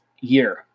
year